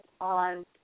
on